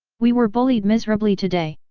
we were bullied miserably today!